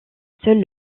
seuls